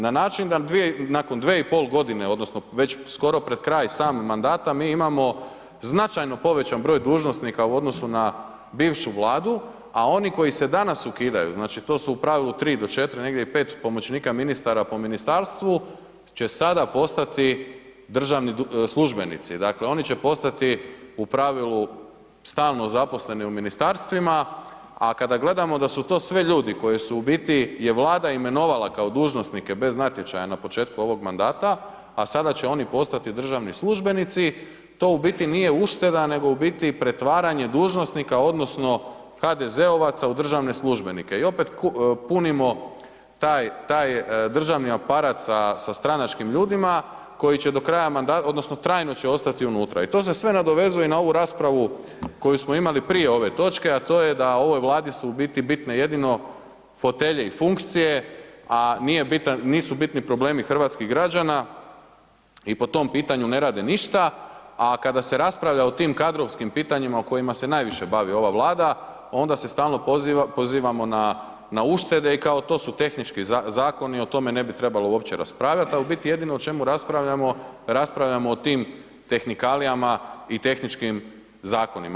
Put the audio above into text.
Na način da nakon 2,5.g. odnosno već skoro pred kraj samog mandata mi imamo značajno povećan broj dužnosnika u odnosu na bivšu Vladu, a oni koji se danas ukidaju, znači, to su u pravilu 3-4, negdje i 5 pomoćnika ministara po ministarstvu, će sada postati državni službenici, dakle, oni će postati u pravilu stalno zaposleni u ministarstvima, a kada gledamo da su to sve ljudi koji su u biti, je Vlada imenovala kao dužnosnike bez natječaja na početku ovog mandata, a sada će oni postati državni službenici, to u biti nije ušteda, nego u biti pretvaranje dužnosnika odnosno HDZ-ovaca u državne službenike i opet punimo taj državni aparat sa stranačkim ljudima koji će do kraja mandata odnosno trajno će ostati unutra i to se sve nadovezuje na ovu raspravu koju smo imali prije ove točke, a to je da ovoj Vladi su u biti bitne jedino fotelje i funkcije, a nisu bitni problemi hrvatskih građana i po tom pitanju ne rade ništa, a kada se raspravlja o tim kadrovskim pitanjima o kojima se najviše bavi ova Vlada, onda se stalno pozivamo na uštede i kao to su tehnički zakoni i o tome ne bi trebalo uopće raspravljat, a u biti jedino o čemu raspravljamo, raspravljamo o tim tehnikalijama i tehničkim zakonima.